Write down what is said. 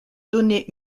donner